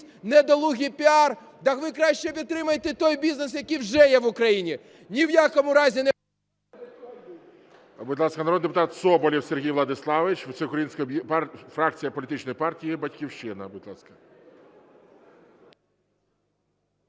недолугий піар. Та ви краще підтримайте той бізнес, який вже є в Україні. Ні в якому разі не...